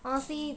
honestly